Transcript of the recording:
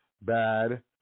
bad